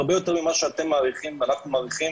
הרבה יותר ממה שאתם ואנחנו מעריכים,